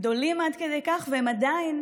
גדולים עד כדי כך, ועדיין